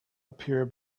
appear